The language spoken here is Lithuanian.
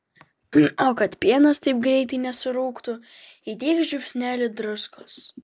o kad pienas taip greitai nesurūgtų įdėk žiupsnelį druskos